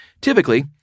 Typically